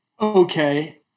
Okay